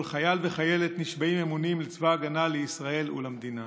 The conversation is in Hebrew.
חייל וחיילת נשבעים אמונים לצבא ההגנה לישראל ולמדינה.